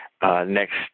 Next